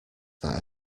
that